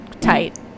tight